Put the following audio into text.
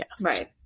Right